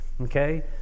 Okay